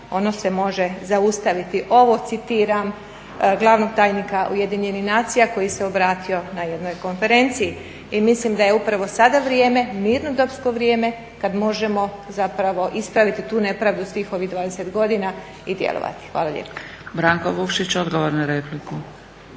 ono se može zaustaviti". Ovo citiram glavnog tajnika UN koji se obratio na jednoj konferenciji. I mislim da je upravo sada vrijeme, mirnodopsko vrijeme kada možemo ispraviti tu nepravdu svih ovih 20 godina i djelovati. Hvala lijepo.